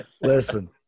listen